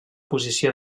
posició